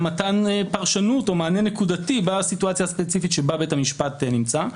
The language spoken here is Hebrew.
מתן פרשנות או מענה נקודתי בסיטואציה הספציפית בה בית המשפט נמצא.